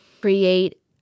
create